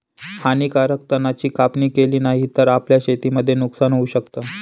हानीकारक तणा ची कापणी केली नाही तर, आपल्याला शेतीमध्ये नुकसान होऊ शकत